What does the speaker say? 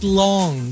long